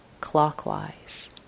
clockwise